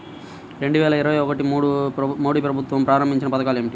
రెండు వేల ఇరవై ఒకటిలో మోడీ ప్రభుత్వం ప్రారంభించిన పథకాలు ఏమిటీ?